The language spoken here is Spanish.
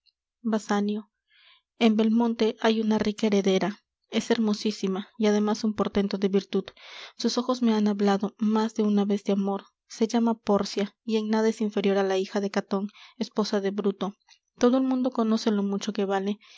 basanio en belmonte hay una rica heredera es hermosísima y ademas un portento de virtud sus ojos me han hablado más de una vez de amor se llama pórcia y en nada es inferior á la hija de caton esposa de bruto todo el mundo conoce lo mucho que vale